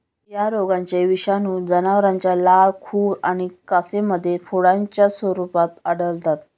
या रोगाचे विषाणू जनावरांच्या लाळ, खुर आणि कासेमध्ये फोडांच्या स्वरूपात आढळतात